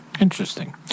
Interesting